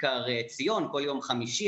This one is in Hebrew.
בכיכר ציון כל יום חמישי.